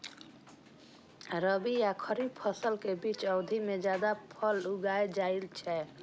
रबी आ खरीफ फसल के बीच के अवधि मे जायद फसल उगाएल जाइ छै